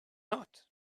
not